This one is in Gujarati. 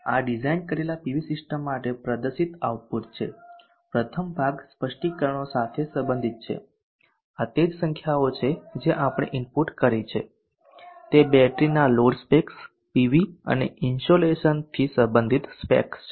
આ ડિઝાઇન કરેલા પીવી સિસ્ટમ માટે પ્રદર્શિત આઉટપુટ છે પ્રથમ ભાગ સ્પષ્ટીકરણો સાથે સંબંધિત છે આ તે જ સંખ્યાઓ છે જે આપણે ઇનપુટ કરી છે તે બેટરીના લોડ સ્પેક્સ પીવી અને ઇનસોલેશનથી સંબંધિત સ્પેક્સ છે